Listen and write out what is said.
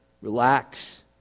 Relax